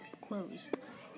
closed